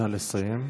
נא לסיים.